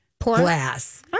glass